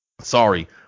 sorry